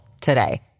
today